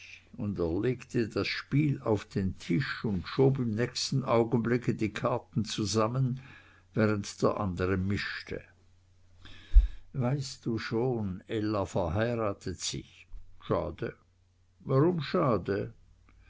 und er legte das spiel auf den tisch und schob im nächsten augenblicke die karten zusammen während der andere mischte weißt du schon ella verheiratet sich schade warum schade